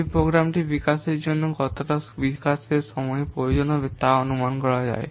এই প্রোগ্রামটি বিকাশের জন্য কতটা বিকাশের সময় প্রয়োজন হবে তাও অনুমান করা যায়